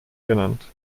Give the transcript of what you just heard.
genannt